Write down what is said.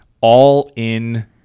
all-in